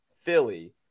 Philly